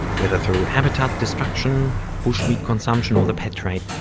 whether through habitat destruction, bush-meat consumption, or the pet trade,